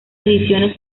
ediciones